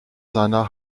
seiner